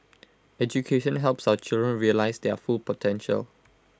education helps our children realise their full potential